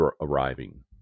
arriving